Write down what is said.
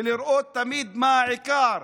ולראות תמיד מה העיקר,